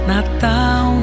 Natal